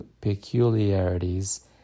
peculiarities